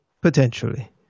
potentially